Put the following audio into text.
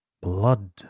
blood